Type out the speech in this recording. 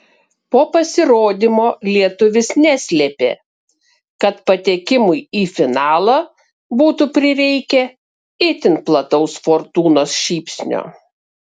po pasirodymo lietuvis neslėpė kad patekimui į finalą būtų prireikę itin plataus fortūnos šypsnio